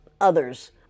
others